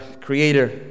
creator